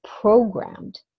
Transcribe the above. programmed